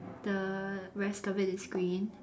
the rest of it is green